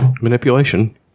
manipulation